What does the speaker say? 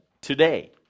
today